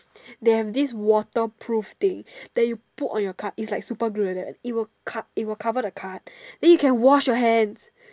they have this water proof thing that you put on your cut it's like super glue like that it will cut it will cover the cut then you can wash your hands